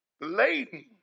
laden